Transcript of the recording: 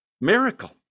miracle